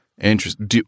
Interesting